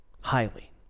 highly